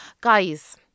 guys